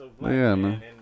man